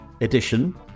Edition